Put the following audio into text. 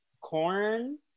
corn